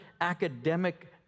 academic